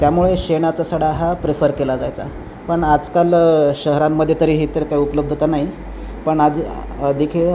त्यामुळे शेणाचा सडा हा प्रिफर केला जायचा पण आजकाल शहरांमध्ये तरी हे तर काय उपलब्धता नाही पण आज देखील